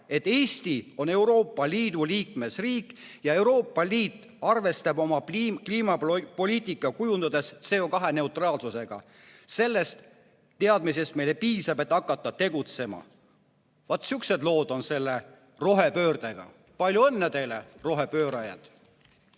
et Eesti on Euroopa Liidu liikmesriik ja Euroopa Liit arvestab oma kliimapoliitikat kujundades CO2neutraalsusega. Sellest teadmisest meile piisab, et hakata tegutsema." Vaat sihukesed lood on selle rohepöördega. Palju õnne teile, rohepöörajad!